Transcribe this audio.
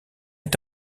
est